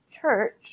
church